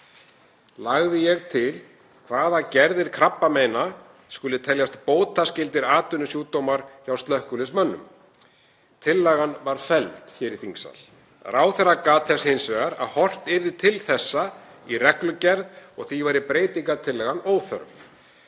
Lagði ég til hvaða gerðir krabbameina skuli teljast bótaskyldir atvinnusjúkdómar hjá slökkviliðsmönnum. Tillagan var felld hér í þingsal. Ráðherra gat þess hins vegar að horft yrði til þessa í reglugerð og því væri breytingartillagan óþörf.